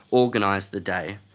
organised the day,